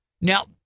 Now